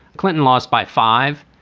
clinton lost by five.